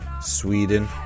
Sweden